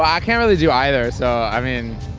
i can't really do either, so i mean,